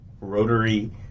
Rotary